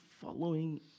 following